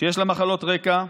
שיש לה מחלות רקע,